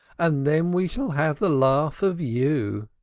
and then we shall have the laugh of you.